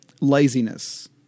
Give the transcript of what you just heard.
laziness